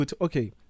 okay